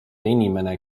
inimene